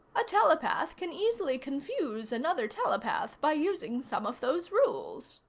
a telepath can easily confuse another telepath by using some of those rules.